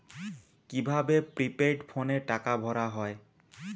কি ভাবে প্রিপেইড ফোনে টাকা ভরা হয়?